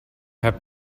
have